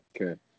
Okay